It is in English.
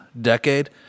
decade